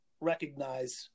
recognize